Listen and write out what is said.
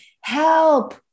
help